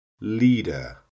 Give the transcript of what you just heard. Leader